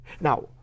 Now